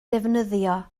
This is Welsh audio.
ddefnyddio